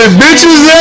bitches